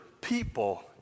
people